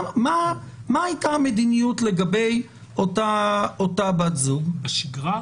מה הייתה המדיניות לגבי אותה בת זוג בשגרה?